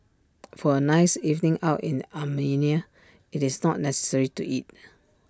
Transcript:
for A nice evening out in Armenia IT is not necessary to eat